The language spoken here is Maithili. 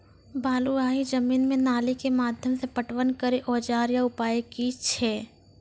बलूआही जमीन मे नाली के माध्यम से पटवन करै औजार या उपाय की छै?